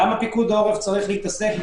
למה פיקוד העורף צריך להתעסק,